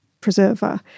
preserver